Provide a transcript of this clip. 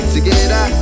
Together